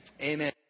Amen